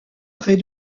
près